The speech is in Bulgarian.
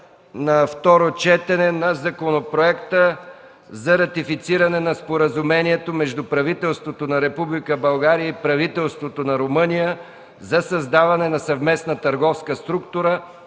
за второ четене на Законопроекта за ратифициране на Споразумението между правителството на Република България и правителството на Румъния за създаване на съвместна търговска структура